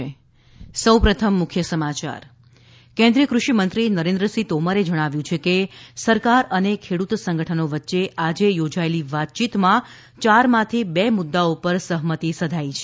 ત કેન્નિ ય ક્રષિ મંત્રી નરેન્ન સિંહ તોમરે જણાવ્યું છે કે સરકાર અને ખેડૂત સંગઠનો વચ્ચે આજે યોજાયેલી વાતચીતમાં ચારમાંથી બે મુદ્દાઓ પર સહમતિ સધાઇ છે